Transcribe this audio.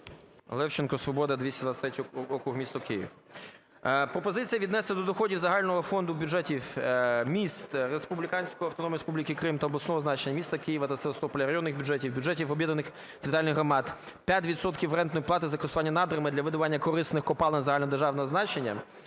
Левченко, "Свобода", 223 округ, місто Київ. Пропозиція віднесена до доходів загального фонду бюджетів міст республіканського, Автономної Республіки Крим та обласного значення, міста Києва та Севастополя, районних бюджетів, бюджетів об'єднаних територіальних громад: 5 відсотків рентної плати за користування надрами для видобування корисних копалин загальнодержавного значення